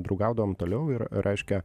draugaudavom toliau ir reiškia